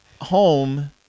home